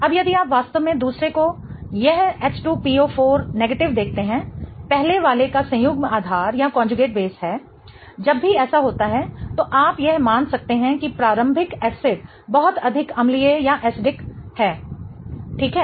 अब यदि आप वास्तव में दूसरे को यह H2PO4 देखते हैं पहले वाले का संयुग्म आधार है जब भी ऐसा होता है तो आप यह मान सकते हैं कि प्रारंभिक एसिडअम्ल बहुत अधिक अम्लीय है ठीक है